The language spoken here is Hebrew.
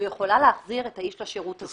והיא יכולה להחזיר את האיש לשירות הזה.